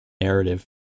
narrative